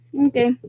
Okay